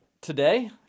Today